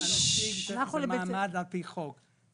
הנציג זה מעמד על פי חוק.